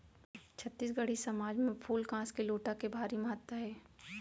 छत्तीसगढ़ी समाज म फूल कांस के लोटा के भारी महत्ता हे